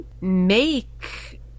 make